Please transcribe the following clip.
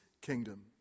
kingdom